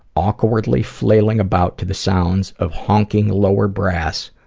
awkwardly flailing about to the sounds of honking lower brass,